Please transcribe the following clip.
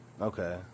okay